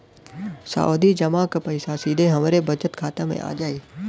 सावधि जमा क पैसा सीधे हमरे बचत खाता मे आ जाई?